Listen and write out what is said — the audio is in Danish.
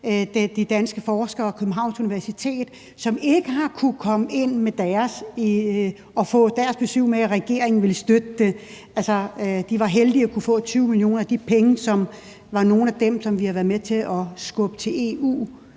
om danske forskere og Københavns Universitet, som ikke har kunnet komme ind med deres forskning og få at vide, om regeringen vil støtte dem. De var heldige at kunne få 20 mio. kr. af de penge, som vi har været med til at skubbe ind